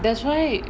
that's why